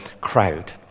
crowd